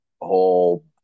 whole